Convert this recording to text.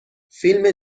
فیلم